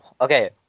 okay